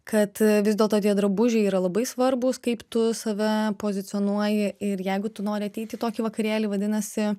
kad vis dėlto tie drabužiai yra labai svarbūs kaip tu save pozicionuoji ir jeigu tu nori ateiti į tokį vakarėlį vadinasi